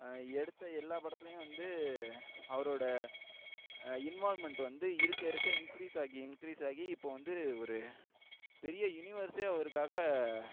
எடுத்த எல்லா படத்துலேயும் வந்து அவரோடய இன்வால்வ்மெண்ட் வந்து இருக்க இருக்க இன்க்ரீஸ் ஆகி இன்கிரீஸ் ஆகி இப்போது வந்து ஒரு பெரிய யுனிவர்சே அவருக்காக